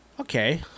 Okay